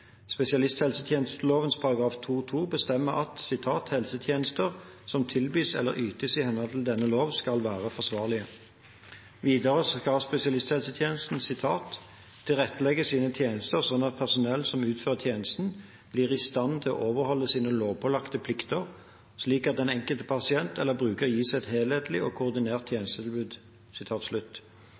bestemmer at «helsetjenester som tilbys eller ytes i henhold til denne loven skal være forsvarlige». Videre skal spesialisthelsetjenesten «tilrettelegge sine tjenester slik at personell som utfører tjenestene, blir i stand til å overholde sine lovpålagte plikter, og slik at den enkelte pasient eller bruker gis et helhetlig og koordinert tjenestetilbud.»